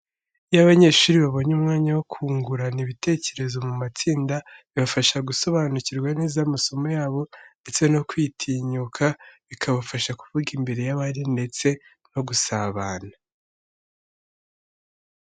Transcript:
Iyo abanyeshuri babonye umwanya wo kungurana ibitekerezo mu matsinda, bibafasha gusobanukirwa neza amasomo yabo ndetse no kwitinyuka, bikabafasha kuvuga imbere y’abandi ndetse no gusabana.